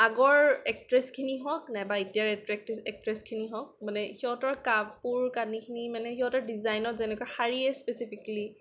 আগৰ একট্ৰেছখিনি হওক নাইবা এতিয়াৰ এক্টে একট্ৰেছখিনি হওক মানে সিহঁতৰ কাপোৰ কানিখিনি মানে সিহঁতৰ ডিজাইনত যেনেকৈ শাড়ীয়ে স্পেছিফিকেলি